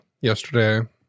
yesterday